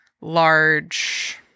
large